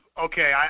okay